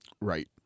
Right